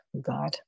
God